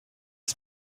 est